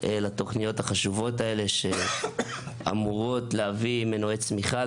לתוכניות החשובות האלה שאמורות להביא מנועי צמיחה